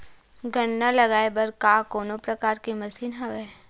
गन्ना लगाये बर का कोनो प्रकार के मशीन हवय?